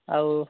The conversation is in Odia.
ଆଉ